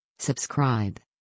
Subscribe